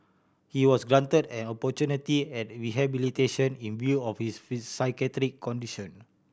he was granted an opportunity at rehabilitation in view of his psychiatric condition